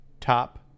Top